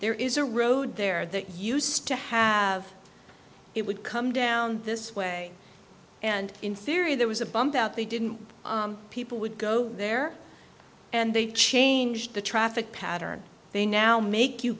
there is a road there that used to have it would come down this way and in theory there was a bump out they didn't people would go there and they changed the traffic pattern they now make you